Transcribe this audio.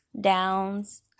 downs